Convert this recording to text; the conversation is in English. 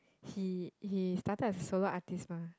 he he started as solo artist mah